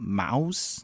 mouse